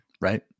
Right